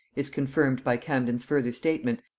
is confirmed by camden's further statement,